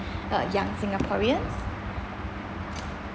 uh young singaporeans